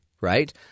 right